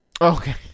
Okay